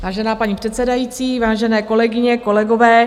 Vážená paní předsedající, vážené kolegyně, kolegové.